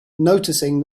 noticing